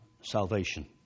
salvation